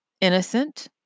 innocent